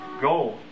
Go